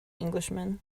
englishman